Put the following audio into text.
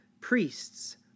priests